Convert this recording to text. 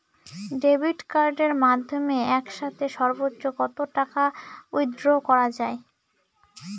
Debit কার্ডের মাধ্যমে একসাথে সর্ব্বোচ্চ কত টাকা উইথড্র করা য়ায়?